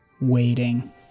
waiting